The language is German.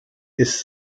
ist